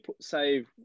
save